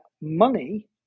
money